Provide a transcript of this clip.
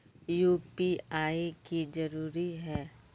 UPI की जरूरी है?